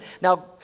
Now